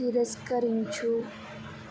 తిరస్కరించు